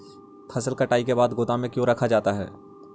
फसल कटाई के बाद गोदाम में क्यों रखा जाता है?